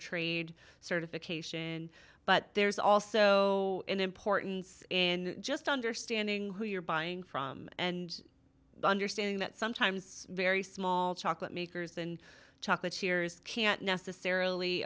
trade certification but there's also an importance and just understanding who you're buying from and understanding that sometimes very small chocolate makers and chocolate shares can't necessarily